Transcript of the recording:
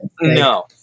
No